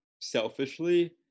selfishly